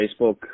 Facebook